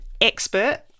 expert